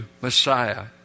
Messiah